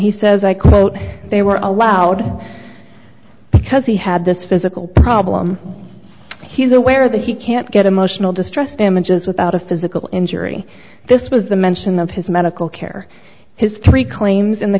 he says i quote they were allowed because he had this physical problem he's aware that he can't get emotional distress damages without a physical injury this was the mention of his medical care his three claims in the